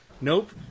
nope